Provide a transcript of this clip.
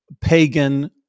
pagan